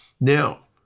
Now